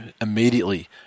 immediately